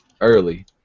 early